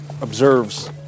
observes